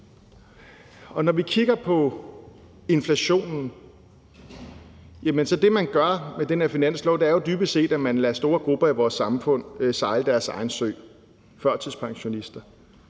Når vi kigger på inflationen, er det, man gør med den her finanslov, jo dybest set, at man lader store grupper i vores samfund sejle deres egen sø, f.eks. førtidspensionister